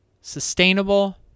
sustainable